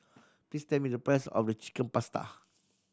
please tell me the price of Chicken Pasta